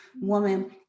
woman